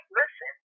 listen